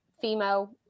female